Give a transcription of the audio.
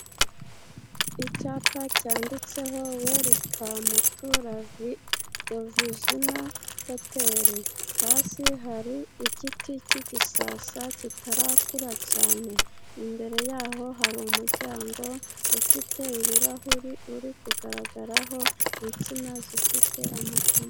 Icyapa cyanditseho Werikamuturovijina hoteri. Hasi hari igiti cy'igisasa kitarakura cyane, imbere yaho hari umuryango ufite ibirahuri uri kugaragaraho, insina zifite amakoma.